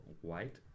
white